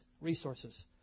resources